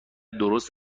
درست